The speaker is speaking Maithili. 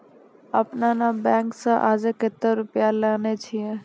आपने ने बैंक से आजे कतो रुपिया लेने छियि?